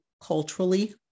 culturally